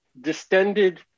distended